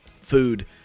food